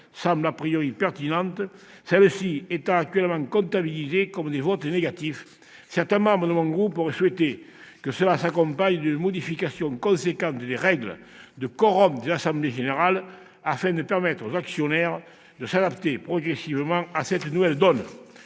semble pertinente, celles-ci étant actuellement comptabilisées comme des votes négatifs, certains membres de mon groupe auraient souhaité que cette mesure s'accompagne d'une modification importante des règles de quorum des assemblées générales, afin de permettre aux actionnaires de s'adapter progressivement à la nouvelle donne.